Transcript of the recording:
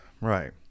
Right